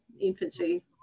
infancy